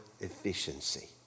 efficiency